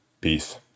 Peace